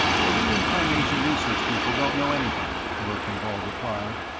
the reincarnation research people don't know anything, verkan vall replied.